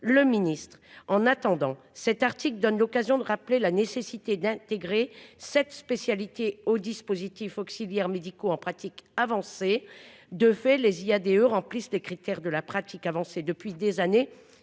le Ministre, en attendant cet article donne l'occasion de rappeler la nécessité d'intégrer cette spécialité aux dispositifs auxiliaires médicaux en pratique avancée de fait les IADE remplissent les critères de la pratique avancée depuis des années